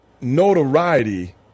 notoriety